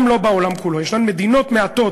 יש מדינות מעטות